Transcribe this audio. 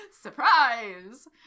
Surprise